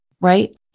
Right